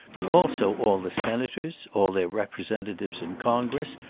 but also all the senators, all the representatives in congress,